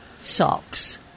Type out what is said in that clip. socks